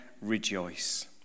rejoice